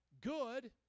Good